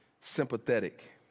sympathetic